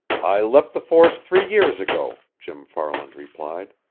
i left the force three years ago, jim farland replied.